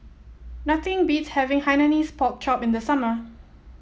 nothing beats having Hainanese Pork Chop in the summer